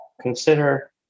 consider